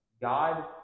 God